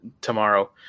tomorrow